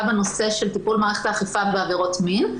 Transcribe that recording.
בנושא של טיפול מערכת האכיפה בעבירות מין.